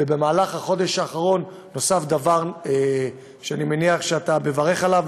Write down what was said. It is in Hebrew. ובמהלך החודש האחרון נוסף דבר שאני מניח שאתה מברך עליו,